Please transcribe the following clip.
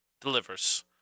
delivers